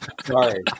Sorry